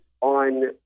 on